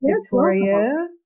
Victoria